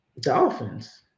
Dolphins